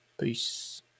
Peace